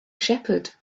shepherd